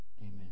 Amen